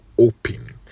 open